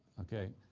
okay?